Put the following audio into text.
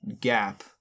gap